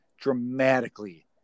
dramatically